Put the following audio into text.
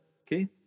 okay